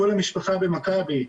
כל המשפחה במכבי,